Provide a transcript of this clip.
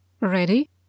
Ready